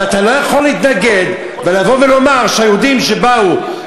אבל אתה לא יכול להתנגד ולבוא ולומר שהיהודים שבאו,